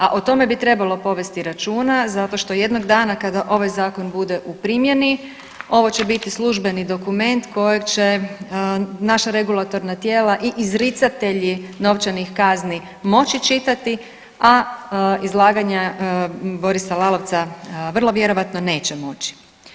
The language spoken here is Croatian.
A o tome bi trebalo povesti računa zato što jednog dana kada ovaj zakon bude u primjeni ovo će biti službeni dokument kojeg će naša regulatorna tijela i izricatelji novčanih kazni moći čitati, a izlaganja Borisa Lalovca vrlo vjerojatno neće moći.